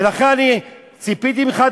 ולכן אני ציפיתי ממך,